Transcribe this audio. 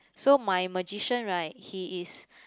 so my magician right he is